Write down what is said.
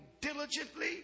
diligently